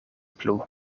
plu